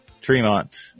Tremont